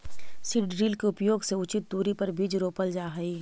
seed drill के उपयोग से उचित दूरी पर बीज रोपल जा हई